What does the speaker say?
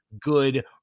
good